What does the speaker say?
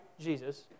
Jesus